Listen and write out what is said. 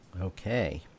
Okay